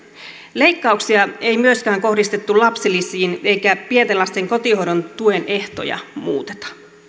leikkauksia ei myöskään kohdistettu lapsilisiin eikä pienten lasten kotihoidon tuen ehtoja muuteta